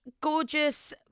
gorgeous